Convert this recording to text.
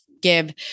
give